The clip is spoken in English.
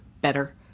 better